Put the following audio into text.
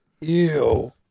Ew